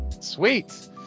Sweet